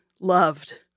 loved